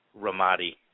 Ramadi